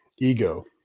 ego